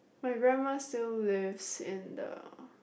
my grandma still lives in the